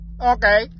Okay